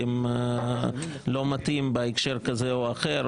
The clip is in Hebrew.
כי זה לא מתאים בהקשר כזה או אחר,